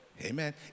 Amen